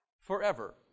forever